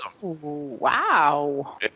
Wow